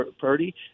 Purdy